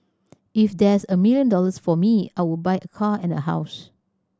if there's a million dollars for me I would buy a car and a house